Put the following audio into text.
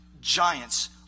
giants